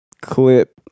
clip